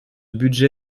budget